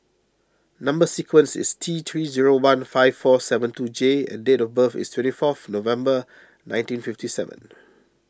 Number Sequence is T three zero one five four seven two J and date of birth is twenty fourth November nineteen fifty seven